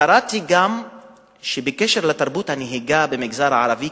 קראתי גם בקשר לתרבות הנהיגה במגזר הערבי,